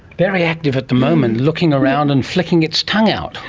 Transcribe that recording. very active at the moment, looking around and flicking its tongue out.